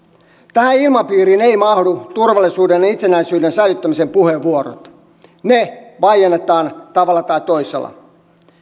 tähän ilmapiiriin eivät mahdu turvallisuuden ja itsenäisyyden säilyttämisen puheenvuorot ne vaiennetaan tavalla tai toisella